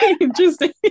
Interesting